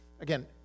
Again